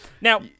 Now